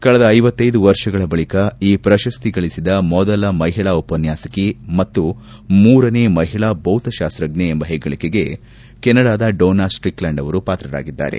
ಕಳೆದ ಐವತ್ತೆದು ವರ್ಷಗಳ ಬಳಕ ಈ ಪ್ರಶಸ್ತಿಗಳಿಸಿದ ಮೊದಲ ಮಹಿಳಾ ಉಪನ್ನಾಸಕಿ ಮತ್ತು ಮೂರನೆ ಮಹಿಳಾ ಭೌತಶಾಸ್ತ್ರಜ್ಞೆ ಎಂಬ ಹೆಗ್ಗಳಿಕೆಗೆ ಕೆನಡಾದ ಡೋನ್ನಾ ಸ್ಟಿಕ್ಲ್ಯಾಂಡ್ ಅವರು ಪಾತ್ರರಾಗಿದ್ದಾರೆ